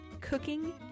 cooking